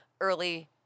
early